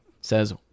says